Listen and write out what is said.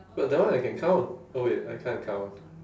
but that one I can count oh wait I can't count